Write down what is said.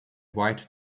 white